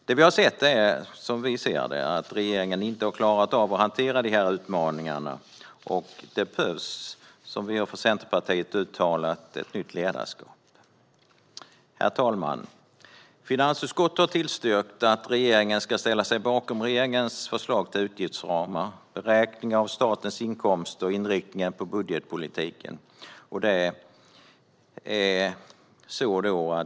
Det vi har sett är att regeringen inte har klarat av att hantera dessa utmaningar. Det behövs, som vi från Centerpartiet har uttalat, ett nytt ledarskap. Herr talman! Finansutskottet har tillstyrkt att riksdagen ska ställa sig bakom regeringens förslag till utgiftsramar, beräkning av statens inkomster och inriktning på budgetpolitiken.